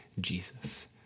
Jesus